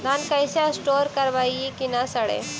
धान कैसे स्टोर करवई कि न सड़ै?